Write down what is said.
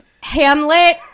Hamlet